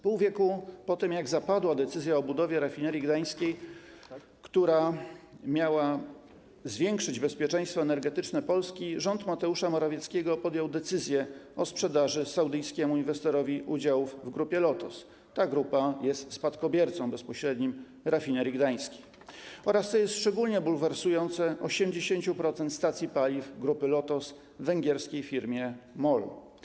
Pół wieku po tym, jak zapadła decyzja o budowie Rafinerii Gdańskiej, która miała zwiększyć bezpieczeństwo energetyczne Polski, rząd Mateusza Morawieckiego podjął decyzję o sprzedaży saudyjskiemu inwestorowi udziałów w Grupie Lotos - ta grupa jest bezpośrednim spadkobiercą Rafinerii Gdańskiej - oraz, co jest szczególnie bulwersujące, 80% stacji paliw Grupy Lotos węgierskiej firmie MOL.